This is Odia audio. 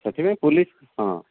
ସେଥି ପାଇଁ ପୋଲିସ ହଁ